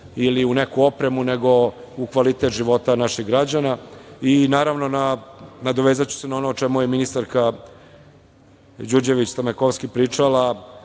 ili u neku opremu, nego u kvalitet života naših građana. Nadovezaću se na ono o čemu je ministarka Đurđević Stamenkovski pričala